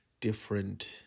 different